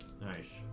Nice